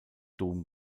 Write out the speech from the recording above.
dom